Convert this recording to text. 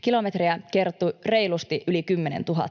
Kilometrejä kertyi reilusti yli 10 000.